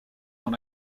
dans